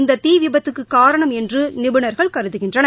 இந்த தீ விபத்துக்கு காரணம் என்று நிபுணர்கள் கருதுகின்றனர்